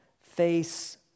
face